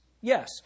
Yes